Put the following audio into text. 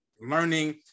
learning